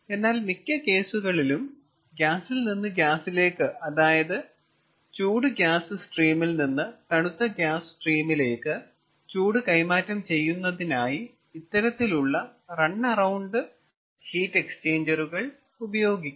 എന്നാൽ മിക്ക കേസുകളിലും ഗ്യാസിൽ നിന്ന് ഗ്യാസിലേക്കു അതായത് ചൂട് ഗ്യാസ് സ്ട്രീമിൽ നിന്ന് തണുത്ത ഗ്യാസ് സ്ട്രീമിലേക്ക് ചൂട് കൈമാറ്റം ചെയ്യുന്നതിനായി ഇത്തരത്തിലുള്ള റൺ എറൌണ്ട് ഹീറ്റ് എക്സ്ചേഞ്ചർ ഉപയോഗിക്കുന്നു